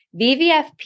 VVFP